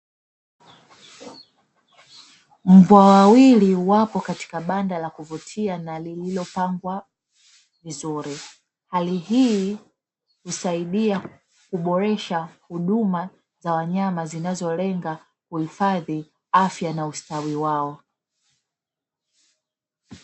Mbwa wawili wapo kwenye banda la kuvutia, lililopangwa vizuri. Hali hii husaidia kuboresha huduma za wanyama zinazolenga kuhifadhi, afya na ustawi wao.